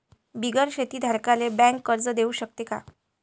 बिगर शेती धारकाले बँक कर्ज देऊ शकते का?